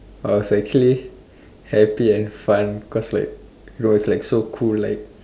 I was actually happy and fun cause like you know it's so cool like